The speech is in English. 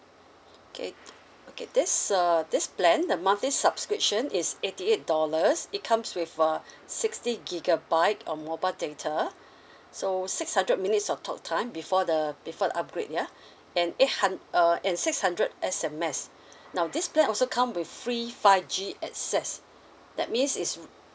okay okay this err this plan the monthly subscription is eighty eight dollars it comes with uh sixty gigabyte of mobile data so six hundred minutes of talk time before the before the upgrade ya and eight hun uh and six hundred S_M_S now this plan also come with free five G access that means is